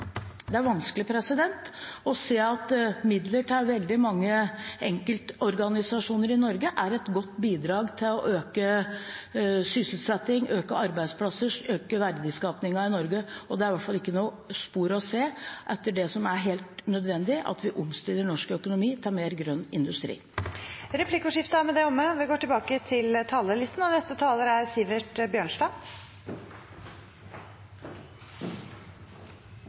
Det er vanskelig å se at midler til veldig mange enkeltorganisasjoner i Norge er et godt bidrag til å øke sysselsettingen, skape flere arbeidsplasser og øke verdiskapingen i Norge. Det er i hvert fall ikke spor å se etter det som er helt nødvendig – at vi omstiller norsk økonomi til mer grønn industri. Replikkordskiftet er omme. Vi er